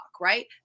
right